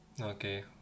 Okay